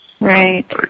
Right